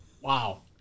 Wow